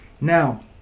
now